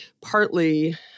partly